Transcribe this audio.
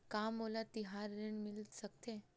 का मोला तिहार ऋण मिल सकथे?